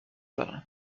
دارن